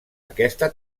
aquesta